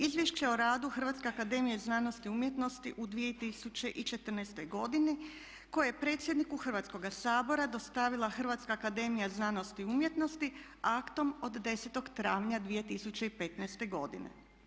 Izvješće o radu Hrvatske akademije znanosti i umjetnosti u 2014. godini koje je predsjedniku Hrvatskoga sabora dostavila Hrvatska akademija znanosti i umjetnosti aktom od 10. travnja 2015. godine.